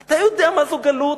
אתה יודע מה זאת גלות?